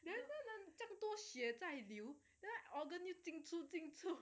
then 这样多血在流 organ 又进出进出